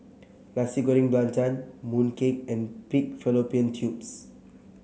Nasi Goreng Belacan Mooncake and Pig Fallopian Tubes